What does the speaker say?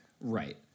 Right